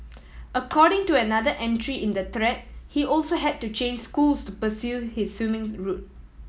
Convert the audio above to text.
according to another entry in the thread he also had to change schools to pursue his swimming route